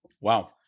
Wow